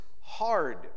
hard